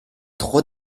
trop